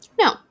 No